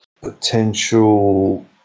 potential